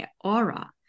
aura